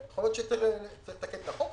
יכול להיות שצריך לתקן את החוק,